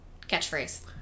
catchphrase